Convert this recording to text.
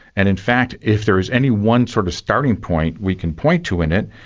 and in fact if there is any one sort of starting point we can point to in it,